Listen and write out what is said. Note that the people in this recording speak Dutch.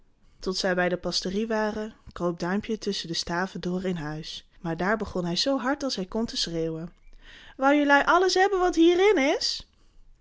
toen zij bij de pastorie waren kroop duimpje tusschen de staven door in huis maar daar begon hij zoo hard als hij kon te schreeuwen wou jelui alles hebben wat hier in is